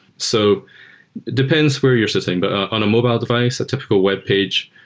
so depends where you're sitting. but on a mobile device, a typical webpage,